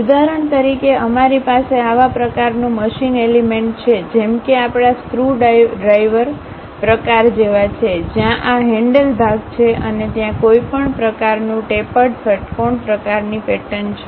ઉદાહરણ તરીકે અમારી પાસે આવા પ્રકારનું મશીન એલિમેન્ટ છે જેમ કે આપણા સ્ક્રુડ્રાઇવર પ્રકાર જેવા છે જ્યાં આ હેન્ડલ ભાગ છે અને ત્યાં કોઈ પ્રકારનું ટેપર્ડ ષટ્કોણ પ્રકારની પેટર્ન છે